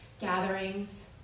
gatherings